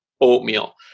oatmeal